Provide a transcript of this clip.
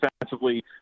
defensively